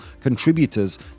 contributors